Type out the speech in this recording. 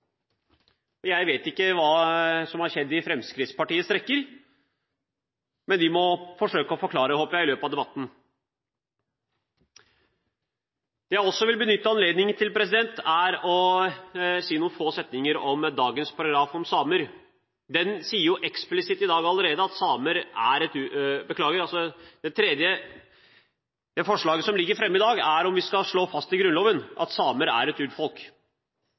Jeg vet ikke hva som har skjedd i Fremskrittspartiets rekker, men jeg håper det blir oppklart i løpet av debatten. Det jeg også vil benytte anledningen til, er å si noen få setninger om dagens paragraf om samer. Det forslaget som ligger fremme i dag, er om vi skal slå fast i Grunnloven at samer er et urfolk. Det er alt i dag en bestemmelse i Grunnloven som sier at den samiske folkegruppen skal